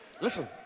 Listen